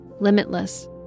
limitless